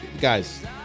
guys